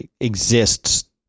exists